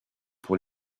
pour